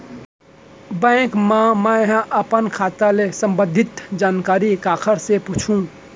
Bank मा मैं ह अपन खाता ले संबंधित जानकारी काखर से पूछव?